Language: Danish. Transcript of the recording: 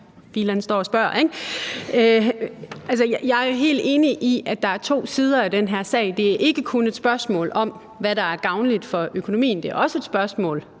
Jeg er jo helt enig i, at der er to sider af den her sag. Det er ikke kun et spørgsmål om, hvad der er gavnligt for økonomien, men det er også et spørgsmål.